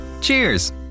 Cheers